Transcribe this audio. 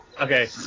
Okay